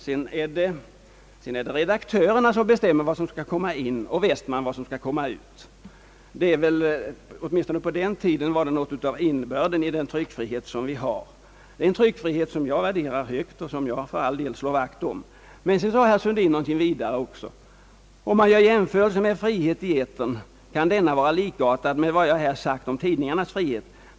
Sedan är det redaktörerna som bestämmer vad som skall komma in — och Westman vad som skall komma ut.» Detta var åtminstone på den tiden något av innebörden i den tryckfrihet som vi har — en tryckfrihet som jag värde rar och som jag för all del vill slå vakt om. Men sedan sade herr Sundin att om man gör jämförelser med friheten i etern så kan denna vara likartad med vad som gäller om tidningarnas frihet.